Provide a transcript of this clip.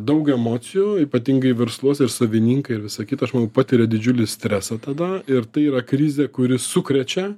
daug emocijų ypatingai versluose ir savininkai ir visa kita aš manau patiria didžiulį stresą tada ir tai yra krizė kuri sukrečia